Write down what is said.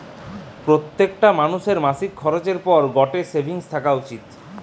প্রত্যেকটা মানুষের মাসিক খরচের পর গটে সেভিংস থাকা উচিত